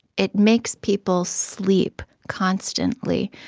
it makes people sleep constantly.